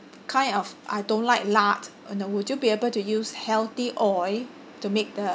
kind of I don't like lard and uh would you be able to use healthy oil to make the